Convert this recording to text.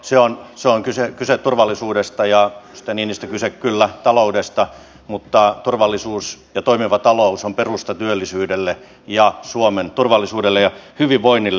siinä on kyse turvallisuudesta ja edustaja niinistö kyllä taloudesta mutta turvallisuus ja toimiva talous ovat perusta työllisyydelle ja suomen turvallisuudelle ja hyvinvoinnille